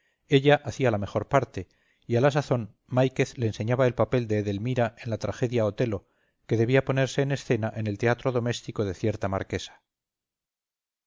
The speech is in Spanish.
ella hacía la mejor parte y a la sazón máiquez le enseñaba el papel de edelmira en la tragedia otello que debía ponerse en escena en el teatro doméstico de cierta marquesa